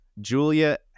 Julia